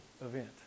event